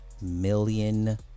million